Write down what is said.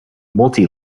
multi